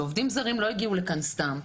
שעובדים זרים לא הגיעו לכאן סתם,